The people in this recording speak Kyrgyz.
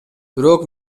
бирок